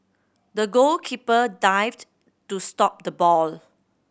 the goalkeeper dived to stop the ball